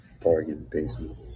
Bargain-basement